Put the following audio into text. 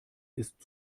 ist